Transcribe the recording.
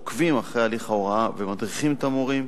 עוקבים אחרי הליך ההוראה ומדריכים את המורים.